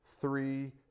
three